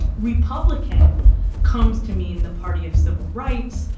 republican comes to mean the party of civil rights,